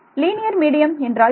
linear medium என்றால் என்ன